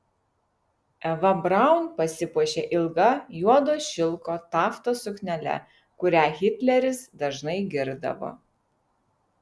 eva braun pasipuošė ilga juodo šilko taftos suknele kurią hitleris dažnai girdavo